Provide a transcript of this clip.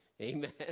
Amen